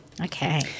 Okay